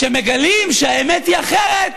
כשמגלים שהאמת היא אחרת,